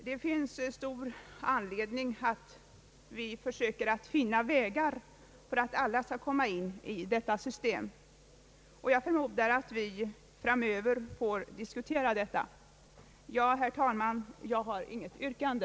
Det finns stor anledning att vi försöker finna vägar, så att alla kommer in i detta system, och jag förmodar att vi framöver får diskutera den saken. Jag har, herr talman, inget yrkande.